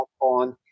on